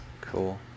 Cool